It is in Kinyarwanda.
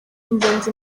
ingenzi